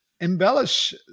embellish